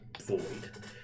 void